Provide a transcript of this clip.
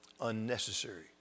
unnecessary